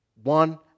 one